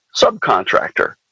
subcontractor